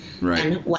Right